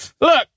Look